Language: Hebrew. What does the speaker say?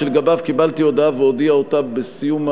שלגביו קיבלתי הודעה ואודיע אותה בסיום,